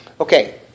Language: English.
Okay